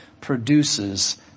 produces